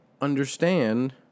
understand